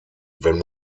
wenn